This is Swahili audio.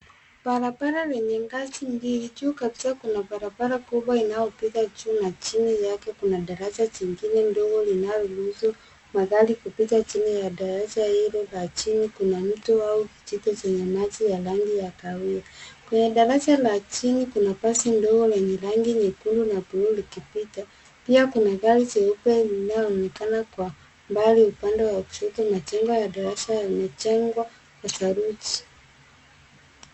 Barabara lenye ngazi mbili. Juu kabisa kuna barabara kubwa inayopita juu na chini yake kuna daraji jingine ndogo linaloruhusu magari kupita chini ya daraja hilo na chini kuna mto au kijito chenye maji ya rangi ya kahawia. Kwenye daraja la chini kuna basi ndogo lenye rangi nyekundu na buluu likipita. Pia kuna gari jeupe linaloonekana kwa mbali upande wa kushoto majengo ya daraja yamejengwa kwa saruji.